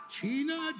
China